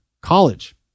college